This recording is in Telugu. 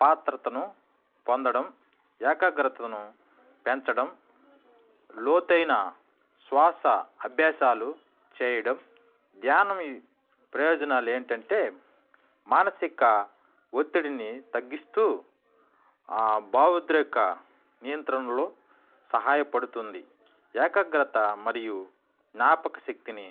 ప్రశాంతతను పొందడం ఏకాగ్రతను పెంచడం లోతైన శ్వాస అభ్యాసాలు చేయడం ధ్యానం ప్రయోజనాలు ఏమిటి అంటే మానసిక ఒత్తిడిని తగ్గిస్తూ భావోద్వేగ నియంత్రణలో సహాయపడుతుంది ఏకాగ్రత మరియు జ్ఞాపకశక్తిని